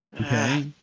Okay